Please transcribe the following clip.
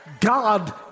God